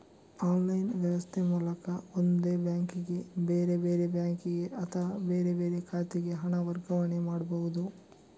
online ವ್ಯವಸ್ಥೆ ಮೂಲಕ ಒಂದೇ ಬ್ಯಾಂಕಿಗೆ, ಬೇರೆ ಬೇರೆ ಬ್ಯಾಂಕಿಗೆ ಅಥವಾ ಬೇರೆ ಬೇರೆ ಖಾತೆಗೆ ಹಣ ವರ್ಗಾವಣೆ ಮಾಡ್ಬಹುದು